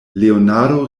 leonardo